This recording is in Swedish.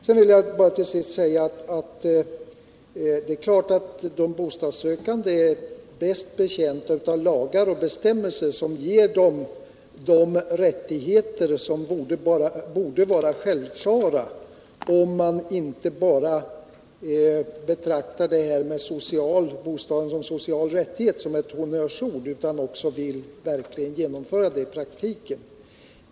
Jag vill till sist säga att de bostadssökande självfallet är bättre betjänta av lagar och bestämmelser som ger dem de rättigheter som borde vara självklara - om man inte bara betraktar detta med bostaden som en social rättighet som ett honnörsord utan verkligen vill genomföra det i praktiken.